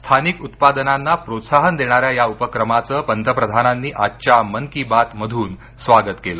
स्थानिक उत्पादनांना प्रोत्साहन देणाऱ्या या उपक्रमाचं पंतप्रधानांनी आजच्या मन की बात मधून स्वागत केलं